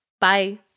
Bye